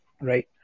Right